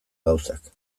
gauzak